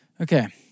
Okay